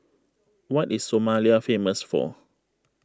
what is Somalia famous for